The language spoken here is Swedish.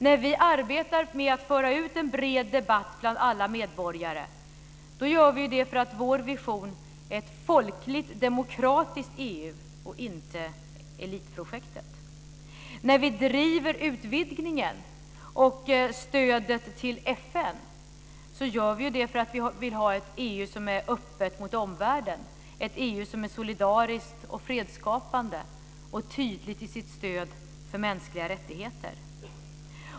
När vi arbetar med att föra ut en bred debatt bland alla medborgare gör vi det för att vår vision är ett folkligt demokratiskt EU och inte elitprojektet. När vi driver utvidgningen och stödet till FN gör vi det för att vi vill ha ett EU som är öppet mot omvärlden, ett EU som är solidariskt och fredsskapande och tydligt i sitt stöd för mänskliga rättigheter.